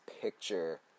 picture